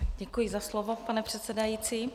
Děkuji za slovo, pane předsedající.